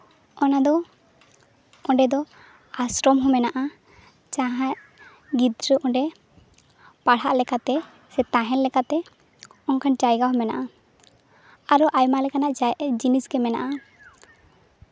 ᱚᱱᱟ ᱫᱚ ᱚᱸᱰᱮ ᱫᱚ ᱟᱥᱨᱚᱢ ᱦᱚᱸ ᱢᱮᱱᱟᱜᱼᱟ ᱡᱟᱦᱟᱸᱭ ᱜᱤᱫᱽᱨᱟᱹ ᱚᱸᱰᱮ ᱯᱟᱲᱦᱟᱜ ᱞᱮᱠᱟᱛᱮ ᱥᱮ ᱛᱟᱦᱮᱱ ᱞᱮᱠᱟᱛᱮ ᱚᱱᱠᱟᱱ ᱡᱟᱭᱜᱟ ᱦᱚᱸ ᱢᱮᱱᱟᱜᱼᱟ ᱟᱨᱚ ᱟᱭᱢᱟ ᱞᱮᱠᱟᱱᱟᱜ ᱡᱤᱱᱤᱥ ᱜᱮ ᱢᱮᱱᱟᱜᱼᱟ